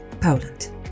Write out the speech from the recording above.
Poland